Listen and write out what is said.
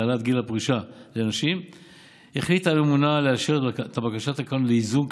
העלאת גיל הפרישה לנשים החליטה הממונה לאשר את בקשת הקרנות לאיזון,